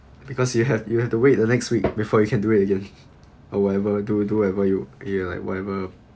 because you have you have to wait the next week before you can do it again or whatever do do ever you ya like whatever